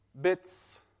bits